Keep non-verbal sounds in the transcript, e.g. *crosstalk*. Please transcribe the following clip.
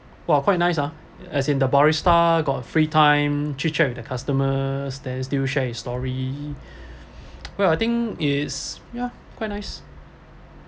!wah! quite nice ah as in the barista got free time chitchat with the customers then still share his story *breath* where I think it's ya quite nice